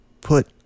put